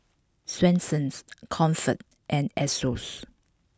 Swensens Comfort and Asos